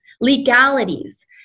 legalities